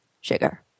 sugar